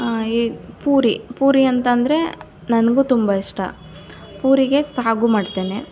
ಪೂರಿ ಪೂರಿ ಅಂತಂದ್ರೆ ನನಗೂ ತುಂಬ ಇಷ್ಟ ಪೂರಿಗೆ ಸಾಗು ಮಾಡ್ತೇನೆ